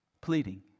pleading